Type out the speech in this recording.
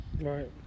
right